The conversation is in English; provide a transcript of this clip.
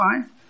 fine